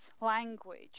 language